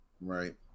Right